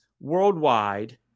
worldwide